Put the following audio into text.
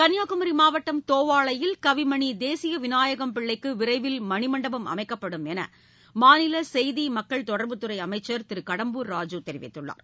கன்னியாகுமரி மாவட்டம் தோவாளையில் கவிமணி தேசிக விநாயகம் பிள்ளைக்கு விரைவில் மணிமண்டபம் அமைக்கப்படும் என்று மாநில செய்தி மக்கள் தொடா்புத்துறை அமைச்சர் திரு கடம்பூர் ராஜு தெரிவித்துள்ளார்